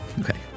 Okay